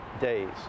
days